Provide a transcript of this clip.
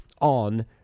on